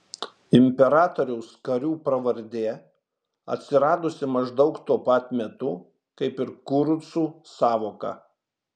imperatoriaus karių pravardė atsiradusi maždaug tuo pat metu kaip ir kurucų sąvoka